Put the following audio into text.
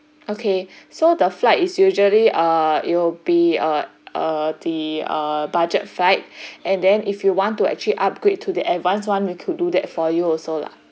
okay so the flight is usually uh it will be uh uh the uh budget flight and then if you want to actually upgrade to the advance [one] we could do that for you also lah